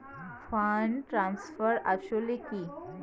Fund transfer আসলে কী?